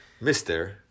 Mr